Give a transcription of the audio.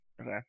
Okay